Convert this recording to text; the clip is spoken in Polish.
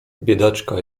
biedaczka